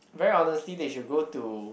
very honestly they should go to